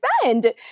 spend